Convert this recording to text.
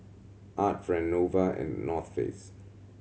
Art Friend Nova and North Face